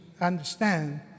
understand